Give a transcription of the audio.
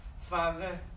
father